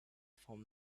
found